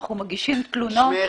שמך?